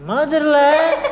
Motherland